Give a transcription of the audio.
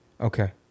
Okay